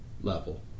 level